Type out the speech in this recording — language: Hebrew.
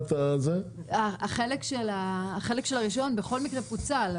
החלק של הרישיון בכל מקרה פוצל,